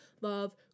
love